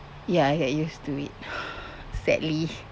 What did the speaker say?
ya I got used to it sadly